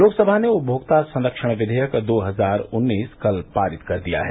लोकसभा ने उपभोक्ता संरक्षण विधेयक दो हजार उन्नीस कल पारित कर दिया है